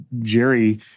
Jerry